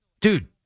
dude